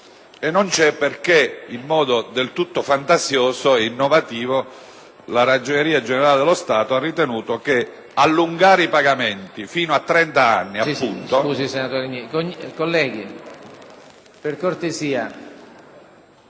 perché, in modo del tutto fantasioso e innovativo, la Ragioneria generale dello Stato ha ritenuto che allungare i pagamenti fino a trenta anni